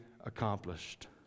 accomplished